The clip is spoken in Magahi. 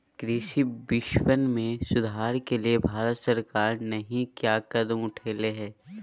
कृषि विपणन में सुधार के लिए भारत सरकार नहीं क्या कदम उठैले हैय?